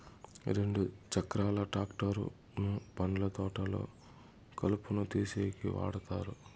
రెండు చక్రాల ట్రాక్టర్ ను పండ్ల తోటల్లో కలుపును తీసేసేకి వాడతారు